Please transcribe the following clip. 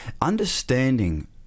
Understanding